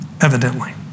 Evidently